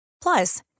Plus